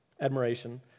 admiration